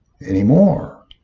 anymore